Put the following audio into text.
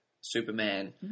Superman